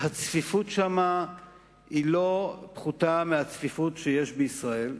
והצפיפות שם אינה פחותה מהצפיפות שיש בישראל,